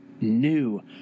new